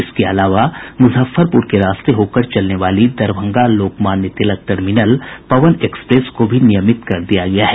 इसके अलावा मुजफ्फरपुर के रास्ते होकर चलने वाली दरभंगा लोकमान्य तिलक टर्मिनल पवन एक्सप्रेस को भी नियमित कर दिया गया है